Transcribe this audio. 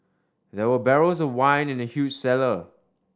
there were barrels of wine in the huge cellar